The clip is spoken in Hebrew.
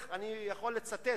אני יכול לצטט: